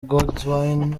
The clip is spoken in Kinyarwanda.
godwyn